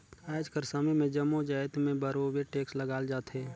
आएज कर समे में जम्मो जाएत में बरोबेर टेक्स लगाल जाथे